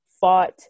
fought